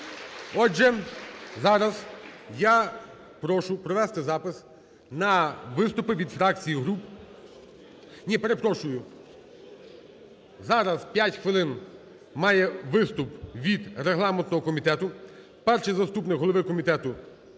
Отже, зараз я прошу провести запис на виступи від фракцій і груп. Ні, перепрошую. Зараз 5 хвилин має виступ від регламентного комітету перший заступник голови Комітету